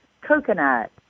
coconut